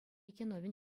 киновӗн